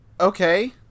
Okay